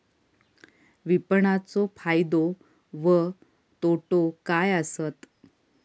विपणाचो फायदो व तोटो काय आसत?